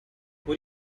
what